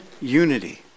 unity